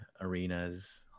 arenas